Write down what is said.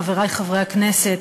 חברי חברי הכנסת,